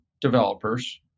developers